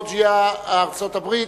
ארצות-הברית,